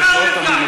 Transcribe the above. במה הוא נפגע?